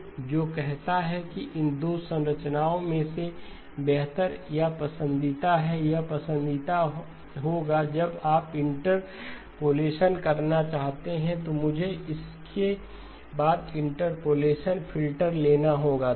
तो जो कहता है कि यह इन 2 संरचनाओं में से बेहतर या पसंदीदा है यह पसंदीदा होगा जब आप इंटरपोलेशन करना चाहते हैं तो मुझे इस के बाद इंटरपोलेशन फ़िल्टर लेना होगा